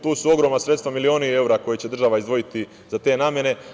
Tu su ogromna sredstva, milioni evra koji koje će država izdvojiti za te namene.